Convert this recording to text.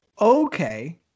okay